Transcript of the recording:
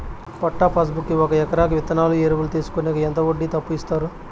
పట్టా passbook కి ఒక ఎకరాకి విత్తనాలు, ఎరువులు తీసుకొనేకి ఎంత వడ్డీతో అప్పు ఇస్తారు?